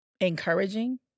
encouraging